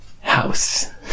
house (